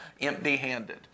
empty-handed